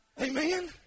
Amen